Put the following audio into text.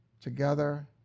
together